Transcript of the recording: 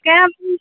कै